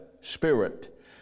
spirit